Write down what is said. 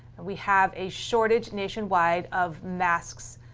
we have a shortage, nationwide, of masks,